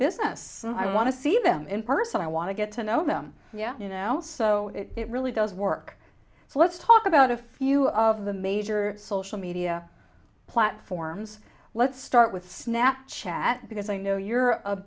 business i want to see them in person i want to get to know them yeah you know so it really does work so let's talk about a few of the major social media platforms let's start with snap chat because i know you're a